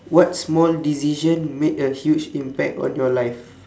what small decision made a huge impact on your life